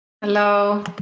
Hello